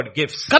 gifts